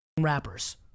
rappers